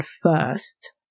first